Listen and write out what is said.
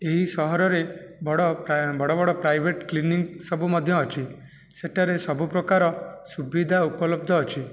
ଏହି ସହରରେ ବଡ଼ ବଡ଼ ବଡ଼ ପ୍ରାଇଭେଟ୍ କ୍ଲିନିକ୍ ସବୁ ମଧ୍ୟ ଅଛି ସେଠାରେ ସବୁ ପ୍ରକାର ସୁବିଧା ଉପଲବ୍ଧ ଅଛି